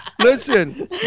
Listen